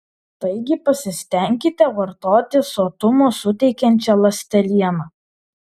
taigi pasistenkite vartoti sotumo suteikiančią ląstelieną